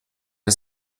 der